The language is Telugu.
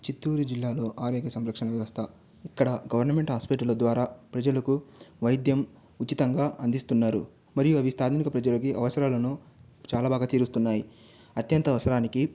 చిత్తూరు జిల్లాలో ఆరోగ్య సంరక్షణ వ్యవస్థ ఇక్కడ గవర్నమెంట్ హాస్పిటల్ ద్వారా ప్రజలకు వైద్యం ఉచితంగా అందిస్తున్నారు మరియు అవి స్థానిక ప్రజలకి అవసరాలను చాలా బాగా తీరుస్తున్నాయి అత్యంత అవసరానికి